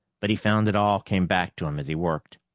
but he found it all came back to him as he worked.